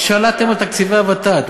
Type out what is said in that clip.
שלטתם על תקציבי הוות"ת.